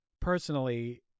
personally